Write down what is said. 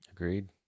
Agreed